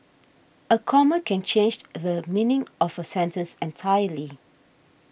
a comma can change the meaning of a sentence entirely